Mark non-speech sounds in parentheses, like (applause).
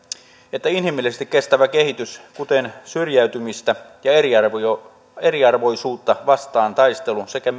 että inhimillisesti kestävä kehitys kuten syrjäytymistä ja eriarvoisuutta vastaan taistelu sekä (unintelligible)